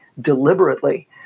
deliberately